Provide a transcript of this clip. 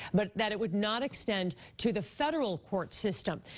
but that it would not extend to the federal court system.